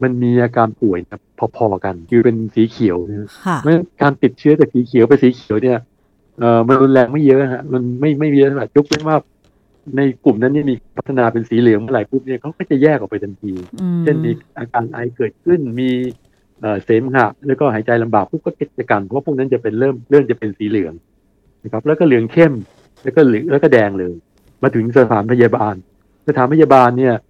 มันมีอาการป่วยนะพอๆกัน คือเป็นสีเขียวนะค่ะเพราะฉะนั้นการติดเชื้อจากสีเขียวไปสีเขียวเนี่ย เอ่อ มันรุนแรงไม่เยอะฮะ มันไม่- ไม่- ไม่เยอะ ยกเว้นว่าในกลุ่มนั้นเนี่ยมีพัฒนาเป็นสีเหลืองเมื่อไหร่ปุ๊บเนี่ย เขาก็จะแยกออกไปทันทีอืมเช่นมีอาการไอเกิดขึ้น มี เอ่อ เสมหะ แล้วก็หายใจลำบากปุ๊บ ก็กิจกรรม เพราะว่าพวกนั้นจะเป็นเริ่ม- เริ่มจะเป็นสีเหลืองนะครับ แล้วก็เหลืองเข้ม แล้วก็เหลือง แล้วก็แดงเลย มาถึงสถานพยาบาล สถานพยาบาลเนี่ย